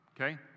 okay